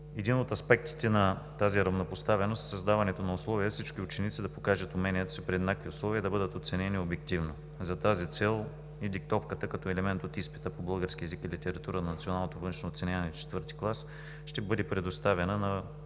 Един от аспектите на равнопоставеността е създаването на условия всички ученици да покажат уменията си при еднакви условия и да бъдат оценени обективно. За тази цел и диктовката, като елемент от изпита по български език и литература на националното външно оценяване в ІV клас, ще бъде предоставена на